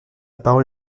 parole